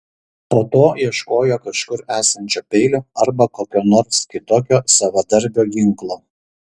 po to ieškojo kažkur esančio peilio arba kokio nors kitokio savadarbio ginklo